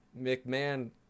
McMahon